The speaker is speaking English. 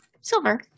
Silver